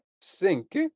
Sync